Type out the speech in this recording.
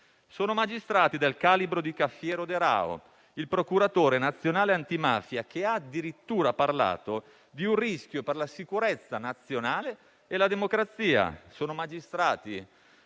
Sono magistrati del calibro di Cafiero De Raho, il procuratore nazionale antimafia che addirittura ha parlato di un rischio per la sicurezza nazionale e la democrazia. Sono magistrati